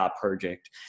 project